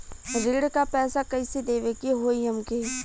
ऋण का पैसा कइसे देवे के होई हमके?